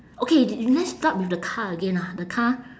okay d~ let's start with the car again ah the car